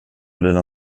dina